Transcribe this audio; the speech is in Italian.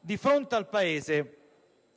Di fronte al Paese